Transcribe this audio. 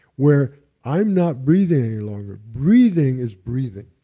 where i'm not breathing any longer, breathing is breathing.